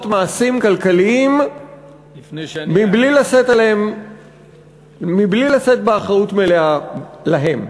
מעשים כלכליים מבלי לשאת באחריות מלאה להם.